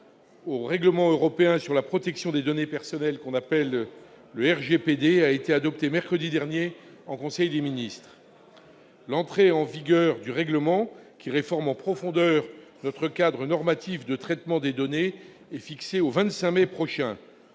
au règlement général européen sur la protection des données personnelles- le RGPD -a été adopté mercredi dernier en conseil des ministres. L'entrée en vigueur du règlement, qui réforme en profondeur notre cadre normatif de traitement des données, est fixée au 25 mai prochain.